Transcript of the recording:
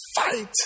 fight